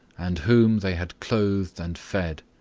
and whom they had clothed and fed.